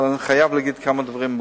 אבל אני חייב להגיד כמה דברים.